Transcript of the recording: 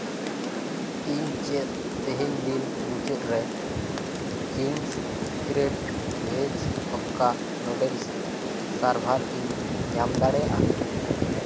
ᱤᱧ ᱪᱮᱫ ᱛᱮᱦᱮᱧ ᱫᱤᱱ ᱢᱩᱪᱟᱹᱫ ᱨᱮ ᱠᱤᱝᱥ ᱥᱤᱠᱨᱮᱴ ᱵᱷᱮᱡ ᱚᱠᱟ ᱱᱚᱰᱮᱞᱥ ᱥᱟᱨᱵᱷᱟᱨ ᱤᱧ ᱧᱟᱢ ᱫᱟᱲᱮᱭᱟᱜᱼᱟ